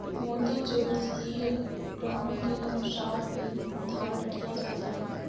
मोती ज्योतिषीय ग्रहों के अनुसार भी धारण किया जाता है